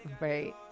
Right